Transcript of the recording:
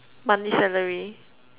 monthly salary